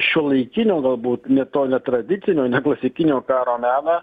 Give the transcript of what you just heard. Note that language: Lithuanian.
šiuolaikinio galbūt ne to ne tradicinio neklasikinio karo meną